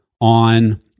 on